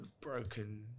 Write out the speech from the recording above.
broken